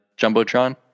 Jumbotron